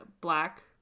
black